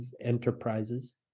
enterprises